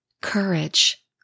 Courage